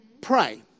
Pray